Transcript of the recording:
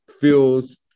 feels